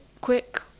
quick